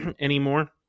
anymore